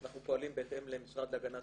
אנחנו פועלים בהתאם למשרד להגנת הסביבה.